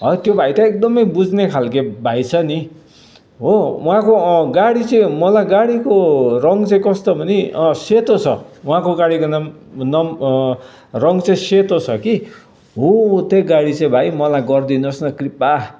है त्यो भाइ त एकदमै बुझ्ने खालके भाइ छ नि हो उहाँको गाडी चाहिँ मलाई गाडीको रङ चाहिँ कस्तो भने सेतो छ उहाँको गाडीको नाम नम्बर रङ चाहिँ सेतो छ कि हो त्यही गाडी चाहिँ भाइ मलाई गरिदिनुोस् न कृपा